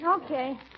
Okay